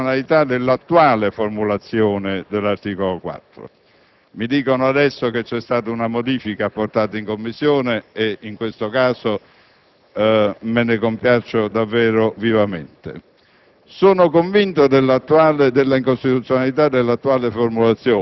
Sono convinto della incostituzionalità dell'attuale formulazione dell'articolo 4. Mi dicono adesso che c'è stata una modifica apportata in Commissione. Se va nel senso che dirò, me ne compiaccio davvero vivamente.